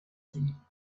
them